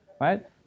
right